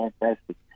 fantastic